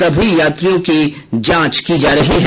सभी यात्रियों की जांच की जा रही है